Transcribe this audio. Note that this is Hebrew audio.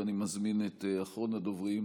ואני מזמין את אחרון הדוברים,